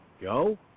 Go